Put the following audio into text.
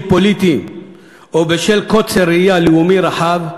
פוליטיים או בשל קוצר ראייה לאומי רחב,